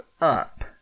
up